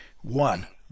one